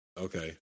Okay